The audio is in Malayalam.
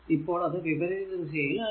ഇപ്പോൾ അത് വിപരീത ദിശയിൽ ആയി